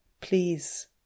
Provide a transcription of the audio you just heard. Please